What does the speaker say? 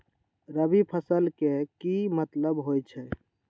रबी फसल के की मतलब होई छई?